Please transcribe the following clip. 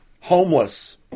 Homeless